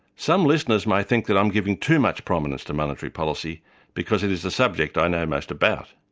some listeners may think that i'm giving too much prominence to monetary policy because it is a subject i know most about.